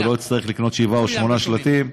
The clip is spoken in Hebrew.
הוא לא יצטרך לקנות שבעה או שמונה שלטים.